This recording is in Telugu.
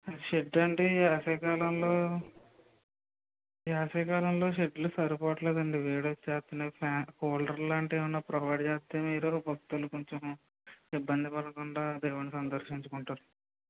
షెడ్ అంటే వేసవి కాలంలో వేసవి కాలంలో షెడ్లు సరిపొవట్లేదండీ వేడొచ్చేస్తుంది ఫ్యాన్లు కూలర్ లాంటివి ఏమైనా ప్రొవైడ్ చేస్తే మీరు భక్తులు కొంచెం ఇబ్బంది పడకుండా దేవుడిని సందర్శించుకుంటారు